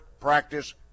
practice